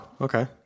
Okay